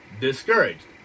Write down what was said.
Discouraged